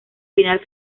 final